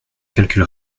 calcul